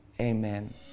Amen